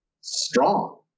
strong